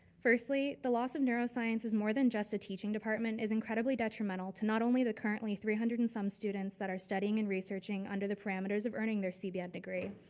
firstly, the laws of neuroscience is more than just the teaching department is incredibly detrimental to not only the currently three hundred and some students that are studying and researching under the parameters of earning their cbn degree,